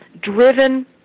driven